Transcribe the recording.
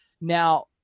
Now